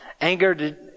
Anger